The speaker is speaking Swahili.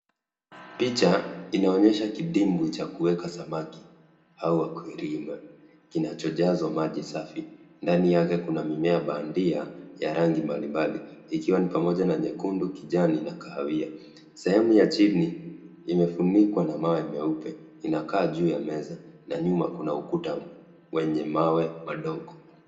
Picha inaonyesha kidimbwi cha kuweka samaki au wakwirima kinacho jazwa maji safi. Ndani yake kuna mimea bandia ya rangi mbali mbali, ikiwa pamoja na nyekundu, kijani na kahawia. Sehemu ya jini imefunikwa na mawe meupe. Inakaa juu ya meza na nyuma kuna ukuta wenye mawe madogo.